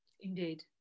indeed